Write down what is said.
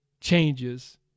changes